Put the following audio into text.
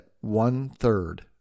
one-third